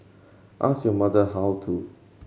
ask your mother how to